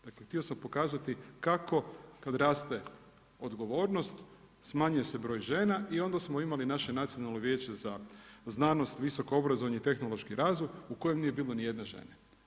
Dakle, htio sam pokazati kako kada raste odgovornost smanjuje se broj žena i onda smo imali naše Nacionalno vijeće za znanost, visoko obrazovanje i tehnološki razvoj u kojem nije bilo ni jedne žene.